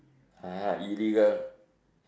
!huh! illegal